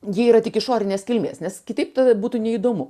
jie yra tik išorinės kilmės nes kitaip būtų neįdomu